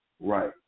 Right